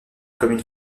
commune